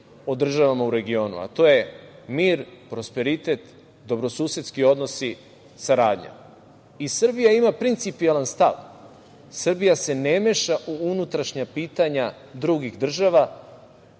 o državama u regionu, a to je mir, prosperitet, dobrosusedski odnosi, saradnja. Srbija ima principijelan stav, Srbija se ne meša u unutrašnja pitanja drugih država